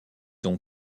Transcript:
ont